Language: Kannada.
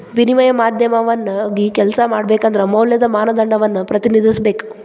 ವಿನಿಮಯ ಮಾಧ್ಯಮವಾಗಿ ಕೆಲ್ಸ ಮಾಡಬೇಕಂದ್ರ ಮೌಲ್ಯದ ಮಾನದಂಡವನ್ನ ಪ್ರತಿನಿಧಿಸಬೇಕ